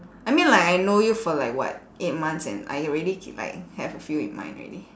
I mean like I know you for like what eight months and I already c~ like have a few in mind already